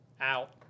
out